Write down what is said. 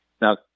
Now